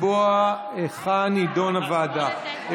לקבוע היכן תידון ההצעה.